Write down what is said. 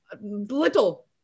Little